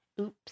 Oops